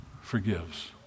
forgives